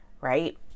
right